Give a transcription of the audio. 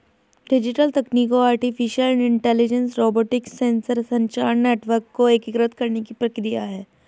digital तकनीकों artificial intelligence, robotics, sensor, संचार network को एकीकृत करने की प्रक्रिया है